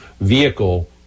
vehicle